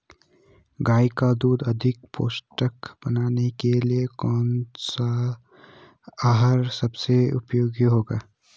गाय का दूध अधिक पौष्टिक बनाने के लिए गाय के लिए कौन सा आहार सबसे उपयोगी है?